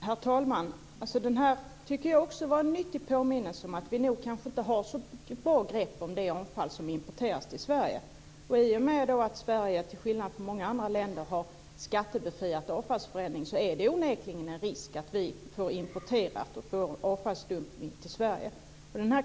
Herr talman! Jag tycker också att det är en nyttig påminnelse om att vi kanske inte har så bra grepp på det avfall som importeras till Sverige. I och med att Sverige, till skillnad från många andra länder, har skattebefriad avfallsförädling finns det onekligen risk för att vi får importerat avfall och avfallsdumpning i Sverige.